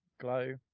glow